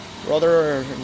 brother